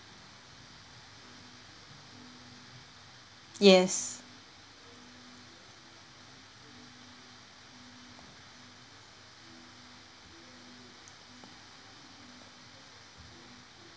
yes